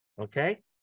okay